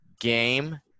game